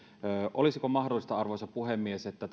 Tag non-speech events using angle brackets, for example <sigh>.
olisiko mahdollista arvoisa puhemies että <unintelligible>